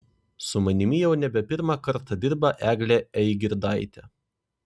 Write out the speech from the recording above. su manimi jau nebe pirmą kartą dirba eglė eigirdaitė